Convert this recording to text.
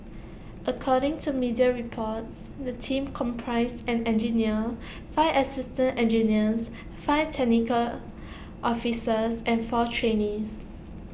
according to media reports the team comprised an engineer five assistant engineers five technical officers and four trainees